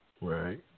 Right